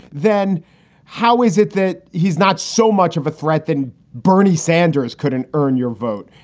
then how is it that he's not so much of a threat than bernie sanders couldn't earn your vote?